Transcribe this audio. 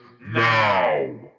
now